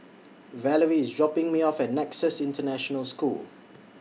Valarie IS dropping Me off At Nexus International School